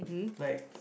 like